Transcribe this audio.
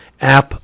app